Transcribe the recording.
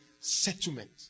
settlement